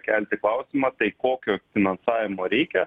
kelti klausimą tai kokio finansavimo reikia